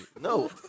No